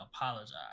apologize